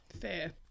Fair